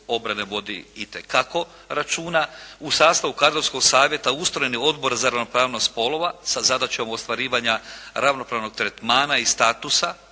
obrane vodi itekako računa. U sastavu kadrovskog savjeta ustrojen je Odbor za ravnopravnost spolova sa zadaćom ostvarivanja ravnopravnog tretmana i statusa